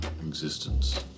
existence